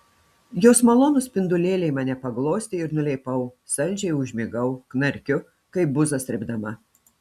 jos malonūs spindulėliai mane paglostė ir nuleipau saldžiai užmigau knarkiu kaip buzą srėbdama